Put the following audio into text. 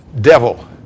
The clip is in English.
devil